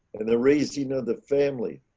and the raising of the family.